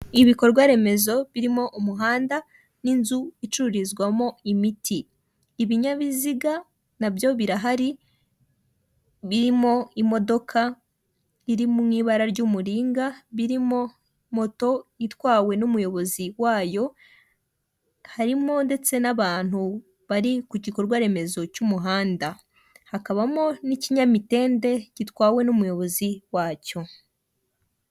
Ibikorwa remezo birimo umuhanda n'inzu icururizwamo imiti, ibinyabiziga nabyo birahari birimo imodoka iri mu ibara ry'umuringa birimo moto itwawe n'umuyobozi wayo, harimo ndetse n'abantu bari ku gikorwa remezo cy'umuhanda, hakabamo n'ikinyamitende gitwawe n'umuyobozi wacyo.